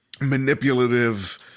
manipulative